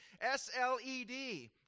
S-L-E-D